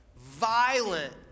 violent